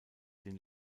den